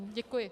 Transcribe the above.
Děkuji.